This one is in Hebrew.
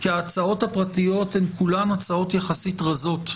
כי ההצעות הפרטיות הן כולן הצעות יחסית רזות,